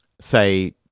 Say